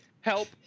help